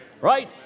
right